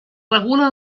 regula